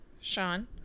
Sean